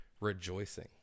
rejoicing